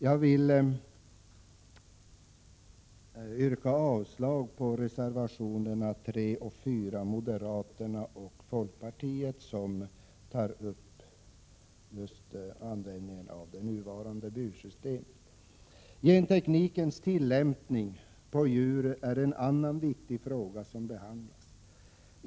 Jag yrkar avslag på reservationerna 3 och 4, från moderaterna resp. centerpartiet, som tar upp det nuvarande bursystemet. Genteknikens tillämpning på djur är en annan viktig fråga som behandlas i utskottsbetänkandet.